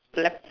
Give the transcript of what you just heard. left